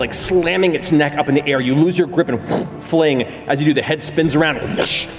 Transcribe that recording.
like slamming its neck up in the air, you lose your grip and fling, as you do, the head spins around and